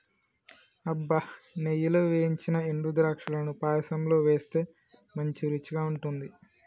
అబ్బ నెయ్యిలో ఏయించిన ఎండు ద్రాక్షలను పాయసంలో వేస్తే మంచి రుచిగా ఉంటుంది